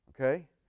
okay